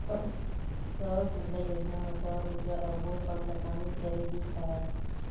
सौर सूजला योजना म सौर उरजा अउ बोर पंप ल सामिल करे गिस हवय